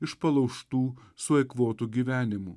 iš palaužtų sueikvotų gyvenimų